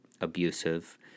abusive